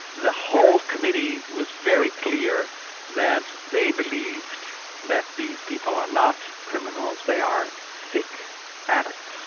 the whole committee was very clear that they believed that these people are not criminals they are sick addicts,